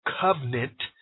covenant